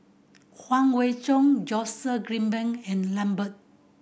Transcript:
Huang Wenhong Joseph Grimberg and Lambert